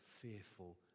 fearful